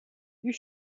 you